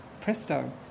presto